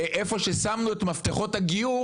ואיפה ששמנו את מפתחות הגיור,